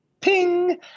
ping